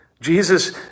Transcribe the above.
Jesus